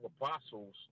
apostles